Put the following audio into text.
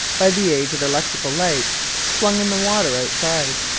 by the aid of electric lights slung in the water outside,